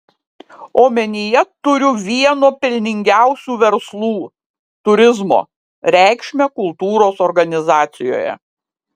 omenyje turiu vieno pelningiausių verslų turizmo reikšmę kultūros organizacijoje